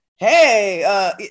hey